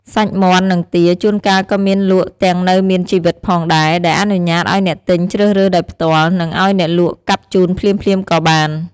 សាច់មាន់ និងទា ជួនកាលក៏មានលក់ទាំងនៅមានជីវិតផងដែរ ដែលអនុញ្ញាតឲ្យអ្នកទិញជ្រើសរើសដោយផ្ទាល់ និងឲ្យអ្នកលក់កាប់ជូនភ្លាមៗក៏បាន។